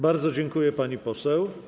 Bardzo dziękuję, pani poseł.